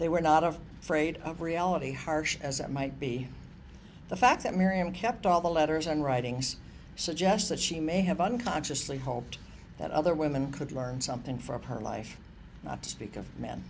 they were not of freight of reality harsh as it might be the fact that miriam kept all the letters and writings suggests that she may have unconsciously hoped that other women could learn something from her life not to speak of men